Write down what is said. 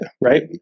right